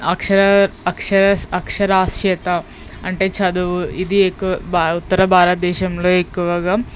అక్షర అక్షరాస్ అక్షరాస్యత అంటే చదువు ఇది ఎక్కువ భా ఉత్తర భారత దేశంలో ఎక్కువగా